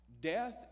Death